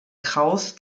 kraus